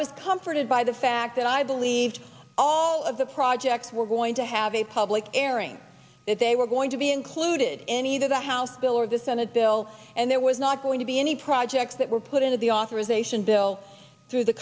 was comforted by the fact that i believed all of the projects were going to have a public airing that they were going to be included in either the house bill or the senate bill and there was not going to be any projects that were put into the authorization bill through the